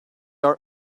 are